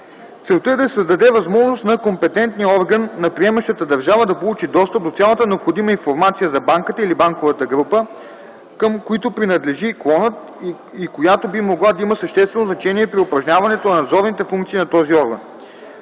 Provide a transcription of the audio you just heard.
Целта е да се създаде възможност на компетентния орган на приемащата държава да получи достъп до цялата необходима информация за банката или банковата група, към които принадлежи клонът, и която би могла да има съществено значение при упражняването на надзорните функции на този орган.